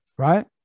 right